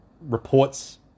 reports